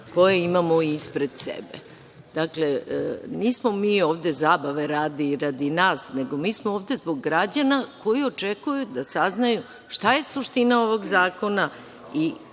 koje imamo ispred sebe. Dakle, nismo mi ovde zabave radi i radi nas, nego, mi smo ovde zbog građana koji očekuju da saznaju šta je suština ovog zakona.